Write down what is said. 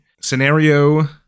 Scenario